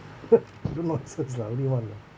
you nonsense lah only [one] lah